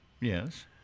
Yes